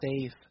safe